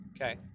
Okay